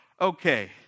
okay